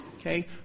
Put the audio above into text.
Okay